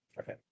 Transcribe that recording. Okay